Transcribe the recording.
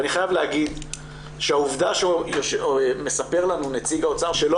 אני חייב להגיד שהעובדה שמספר לנו נציג האוצר שלא